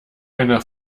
eine